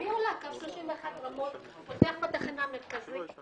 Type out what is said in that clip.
זאת הבעיה, כאשר זו חווית הנסיעה.